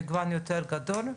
מגוון יותר גדול,